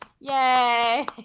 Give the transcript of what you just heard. Yay